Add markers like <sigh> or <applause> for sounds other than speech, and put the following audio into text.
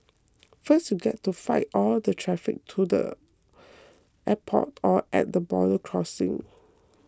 first you get to fight all the traffic to the <noise> airport or at the border crossing